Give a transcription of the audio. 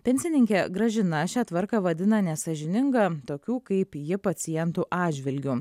pensininkė gražina šią tvarką vadina nesąžininga tokių kaip ji pacientų atžvilgiu